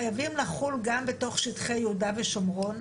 חייבים לחול גם בתוך שטחי יהודה ושומרון,